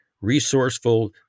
resourceful